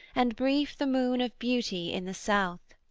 and brief the moon of beauty in the south.